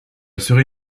serait